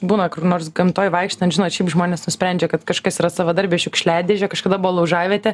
būna kur nors gamtoj vaikštant žinot šiaip žmonės nusprendžia kad kažkas yra savadarbė šiukšliadėžė kažkada buvo laužavietė